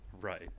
right